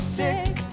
sick